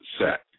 set